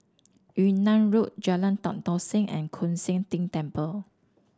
Yunnan Road Jalan Tan Tock Seng and Koon Seng Ting Temple